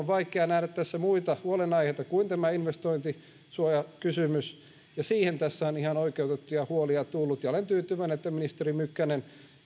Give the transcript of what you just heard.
vaikea nähdä tässä muita huolenaiheita kuin tämä investointisuojakysymys ja siitä tässä on ihan oikeutettuja huolia tullut olen tyytyväinen että ministeri mykkänen